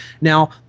Now